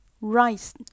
Rice